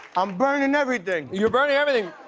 i'm burning everything. you're burning everything.